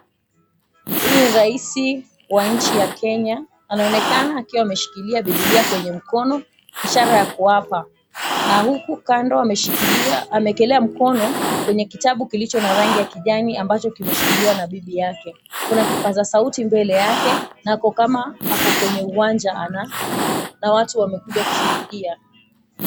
Huyu ni rais wa nchi ya Kenya, anaonekana akiwa ameshikilia biblia kwenye mkono ishara ya kuapa, na huku Kando amewekelea mkono kwenye kitabu kilicho na rangi ya kijani ambacho kimeshikiliwa na bibi yake. Kuna kipaza sauti mbele yake na ako kama ako kwenye uwanja na watu wamekuja kushuhudia.